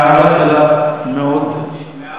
ההערה שלך מאוד, היא שכנעה,